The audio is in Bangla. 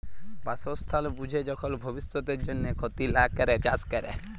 বাসস্থাল বুঝে যখল ভব্যিষতের জন্হে ক্ষতি লা ক্যরে চাস ক্যরা